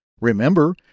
Remember